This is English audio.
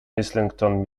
islington